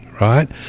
right